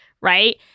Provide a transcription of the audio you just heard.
right